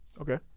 Okay